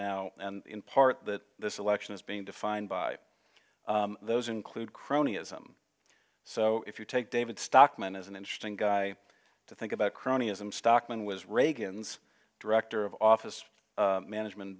now and in part that this election is being defined by those include cronyism so if you take david stockman as an interesting guy to think about cronyism stockman was reagan's director of office management